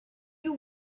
you